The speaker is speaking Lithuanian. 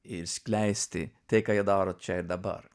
ir skleisti tai ką jie daro čia ir dabar